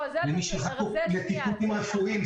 לטיפולים רפואיים,